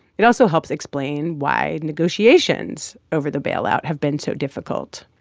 it also helps explain why negotiations over the bailout have been so difficult.